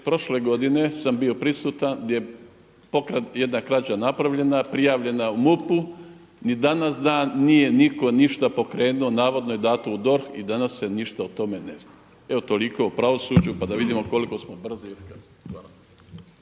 Prošle godine sam bio prisutan gdje je jedna krađa napravljena, prijavljena u MUP-u ni danas dan nije niko ništa pokrenuo, navodno je dato u DORH i danas se ništa o tome ne zna. Evo toliko o pravosuđu pa da vidimo koliko smo brzi i efikasni.